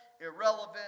irrelevant